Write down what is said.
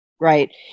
Right